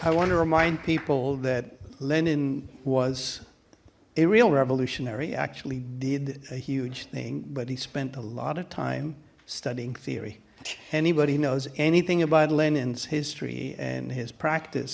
i want to remind people that lenin was a real revolutionary actually did a huge thing but he spent a lot of time studying theory anybody knows anything about lenin's history and his practice